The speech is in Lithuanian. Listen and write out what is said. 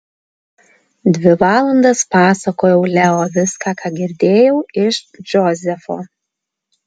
dvi valandas pasakojau leo viską ką girdėjau iš džozefo